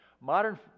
Modern